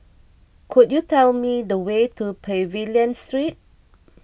could you tell me the way to Pavilion Street